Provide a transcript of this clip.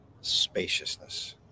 Spaciousness